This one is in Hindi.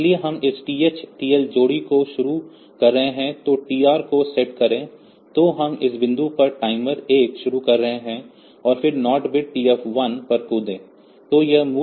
इसलिए हम इस TH TL जोड़ी को शुरू कर रहे हैं तो TR को सेट करें 1 तो हम इस बिंदु पर टाइमर 1 शुरू कर रहे हैं और फिर नॉट बिट TF1 पर कूदें